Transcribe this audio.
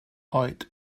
oed